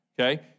Okay